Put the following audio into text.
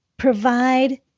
provide